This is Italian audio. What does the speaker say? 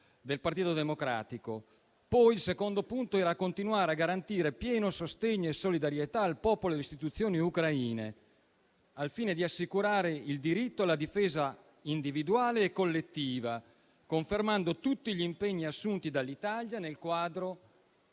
appunto approvata. Il secondo punto impegnava a continuare a garantire pieno sostegno e solidarietà al popolo e alle istituzioni ucraine, al fine di assicurare il diritto all'autodifesa individuale e collettiva, confermando tutti gli impegni assunti dall'Italia nel quadro